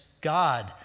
God